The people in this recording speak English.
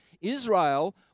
Israel